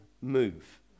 move